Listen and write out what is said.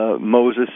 Moses